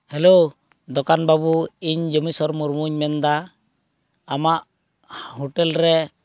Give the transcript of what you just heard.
hello ᱫᱚᱠᱟᱱ ᱵᱟᱹᱵᱩ ᱤᱧ ᱡᱚᱢᱤᱥᱥᱚᱨ ᱢᱩᱨᱢᱩᱧ ᱢᱮᱱ ᱮᱫᱟ ᱟᱢᱟᱜ ᱦᱳᱴᱮᱞ ᱨᱮ